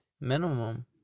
minimum